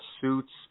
suits